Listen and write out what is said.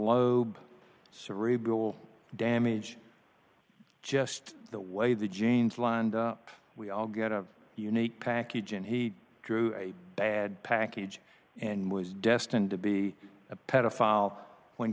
lobe cerebral damage just the way the genes lined up we all get a unique package and he drew a bad package and was destined to be a pedophile when